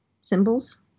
symbols